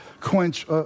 quench